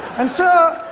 and so,